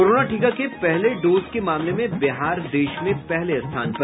corona टीका के पहले डोज के मामले में बिहार देश में पहले स्थान पर